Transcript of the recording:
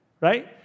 Right